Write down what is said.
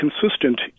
consistent